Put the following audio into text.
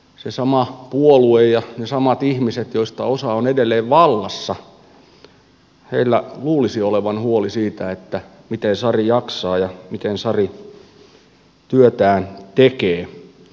sillä samalla puolueella ja niillä samoilla ihmisillä joista osa on edelleen vallassa luulisi olevan huoli siitä miten sari jaksaa ja miten sari työtään tekee